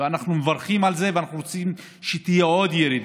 ואנחנו מברכים על זה ואנחנו רוצים שתהיה עוד ירידה,